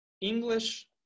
English